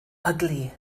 ugly